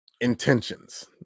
intentions